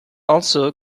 also